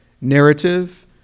narrative